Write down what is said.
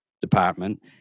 Department